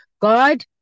God